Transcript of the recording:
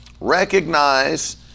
Recognize